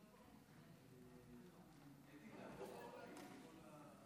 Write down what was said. קטי באה עוד רגע.